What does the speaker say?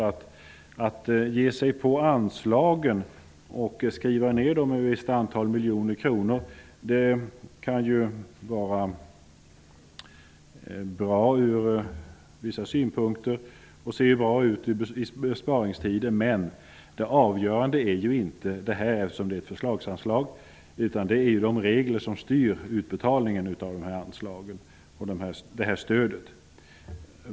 Att ge sig på anslagen och skriva ner dem med ett visst antal miljoner kronor kan vara bra ur vissa synpunkter och se bra ut i besparingstider. Men eftersom det är förslagsanslag är det avgörande ju inte detta, utan det är de regler som styr utbetalningen av dessa anslag och detta stöd.